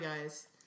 guys